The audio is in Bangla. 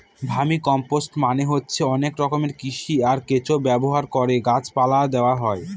ভার্মিকম্পোস্ট মানে হচ্ছে অনেক রকমের কৃমি, আর কেঁচো ব্যবহার করে গাছ পালায় দেওয়া হয়